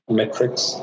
metrics